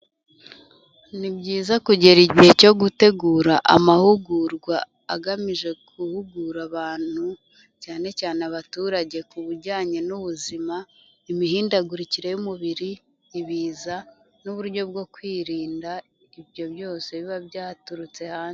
Ni byiza kugera igihe cyo gutegura amahugurwa agamije guhugura abantu cyane cyane abaturage ku bijyanye n'ubuzima, imihindagurikire y'umubiri, ibiza n'uburyo bwo kwirinda ibyo byose biba byaturutse hanze.